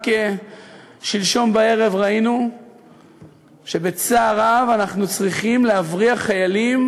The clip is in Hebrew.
רק שלשום בערב ראינו שבצער רב אנחנו צריכים להבריח חיילים